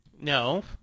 No